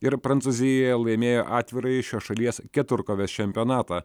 ir prancūzijoje laimėjo atvirąjį šios šalies keturkovės čempionatą